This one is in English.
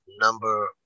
number